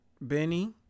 Benny